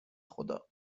خدا